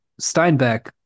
Steinbeck